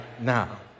now